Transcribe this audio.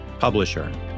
publisher